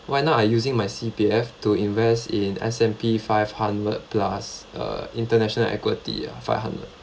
right now I using my C_P_F to invest in S&P five hundred plus uh international equity ah five hundred